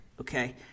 okay